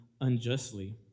unjustly